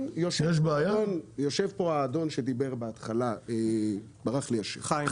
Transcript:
יושב פה האדון שדיבר בהתחלה, חיים.